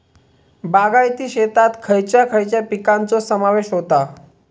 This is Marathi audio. बागायती शेतात खयच्या खयच्या पिकांचो समावेश होता?